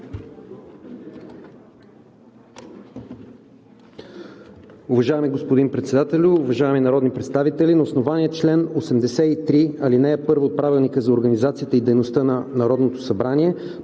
Уважаеми господин Председателю, уважаеми народни представители! На основание чл. 83, ал. 1 от Правилника за организацията и дейността на Народното събрание